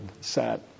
sat